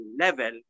level